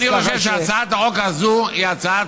אבל אני חושב שהצעת החוק הזו היא הצעת